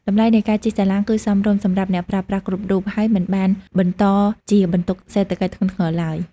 តម្លៃនៃការជិះសាឡាងគឺសមរម្យសម្រាប់អ្នកប្រើប្រាស់គ្រប់រូបហើយមិនបានបង្កជាបន្ទុកសេដ្ឋកិច្ចធ្ងន់ធ្ងរឡើយ។